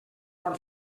mor